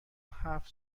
هفت